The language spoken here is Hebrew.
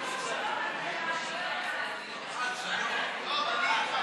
של חבר הכנסת דב